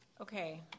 Okay